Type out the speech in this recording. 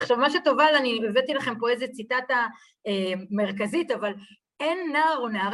עכשיו מה שטובה, אני הבאתי לכם פה איזה ציטטה מרכזית, אבל אין נער, הוא נער